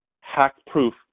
hack-proof